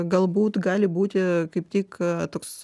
galbūt gali būti kaip tik toks